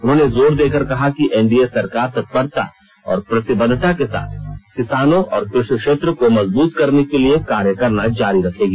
उन्होंने जोर देकर कहा कि एनडीए सरकार तत्परता और प्रतिबद्धता के साथ किसानों और कृषि क्षेत्र को मजबूत करने के लिए कार्य करना जारी रखेगी